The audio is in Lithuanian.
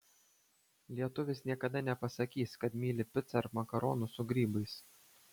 lietuvis niekada nepasakys kad myli picą ar makaronus su grybais